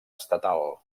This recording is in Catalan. estatal